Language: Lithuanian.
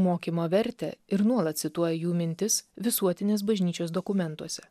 mokymo vertę ir nuolat cituoja jų mintis visuotinės bažnyčios dokumentuose